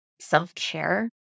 Self-care